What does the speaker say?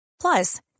Plus